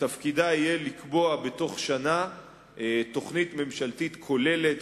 שתפקידה יהיה לקבוע בתוך שנה תוכנית ממשלתית כוללת,